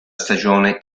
stagione